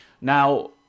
Now